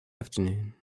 afternoon